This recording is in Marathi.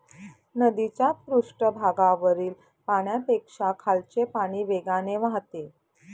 नदीच्या पृष्ठभागावरील पाण्यापेक्षा खालचे पाणी वेगाने वाहते